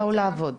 באו לעבוד.